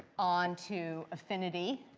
on to infinity.